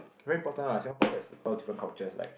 very important lah Singapore there's a lot different cultures like